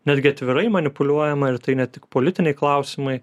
netgi atvirai manipuliuojama ir tai ne tik politiniai klausimai